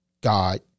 God